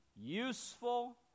Useful